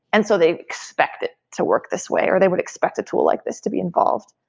and so they expect it to work this way, or they would expect a tool like this to be involved.